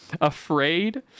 afraid